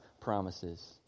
promises